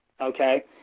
okay